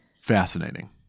Fascinating